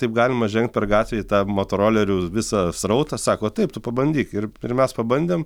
taip galima žengt per gatvę į tą motorolerių visą srautą sako taip tu pabandyk ir ir mes pabandėm